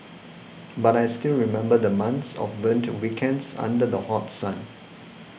but I still remember the months of burnt weekends under the hot sun